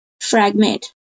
fragment